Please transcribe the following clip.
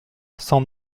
cent